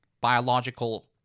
biological